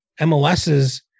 MLSs